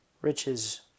riches